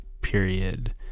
period